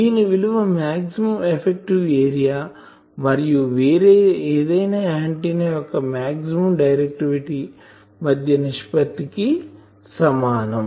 దీని విలువ maximum effective area మరియు వేరే ఏదైనా ఆంటిన్నా యొక్క మాక్సిమం డైరెక్టివిటీ మధ్య నిష్పత్తి కి సమానం